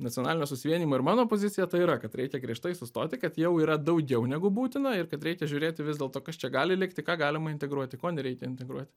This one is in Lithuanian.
nacionalinio susivienijimo ir mano pozicija tai yra kad reikia griežtai sustoti kad jau yra daugiau negu būtina ir kad reikia žiūrėti vis dėlto kas čia gali likti ką galima integruoti ko nereikia integruoti